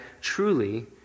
truly